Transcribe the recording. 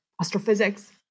astrophysics